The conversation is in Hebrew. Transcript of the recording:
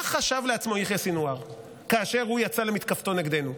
מה חשב לעצמו יחיא סנוואר כאשר הוא יצא למתקפתו נגדנו?